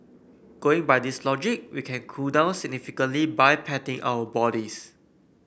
going by this logic we can cool down significantly by patting our bodies